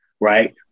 right